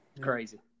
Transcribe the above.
Crazy